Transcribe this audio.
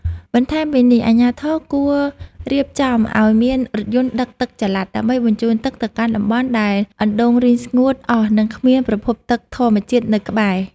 បន្ថែមពីនេះ អាជ្ញាធរគួររៀបចំឱ្យមានរថយន្តដឹកទឹកចល័តដើម្បីបញ្ជូនទឹកទៅកាន់តំបន់ដែលអណ្តូងរីងស្ងួតអស់ និងគ្មានប្រភពទឹកធម្មជាតិនៅក្បែរ។